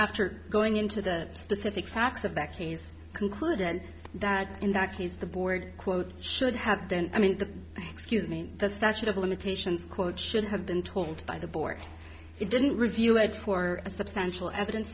after going into the specific facts of that case concluded that in that case the board quote should have then i mean the excuse me the statute of limitations quote should have been told by the board it didn't review it for a substantial evidence